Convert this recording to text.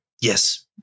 Yes